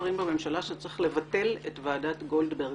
שרים בממשלה שצריך לבטל את ועדת גולדברג.